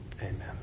amen